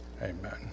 Amen